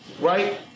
right